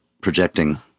projecting